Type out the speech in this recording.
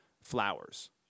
flowers